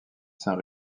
saint